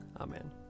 Amen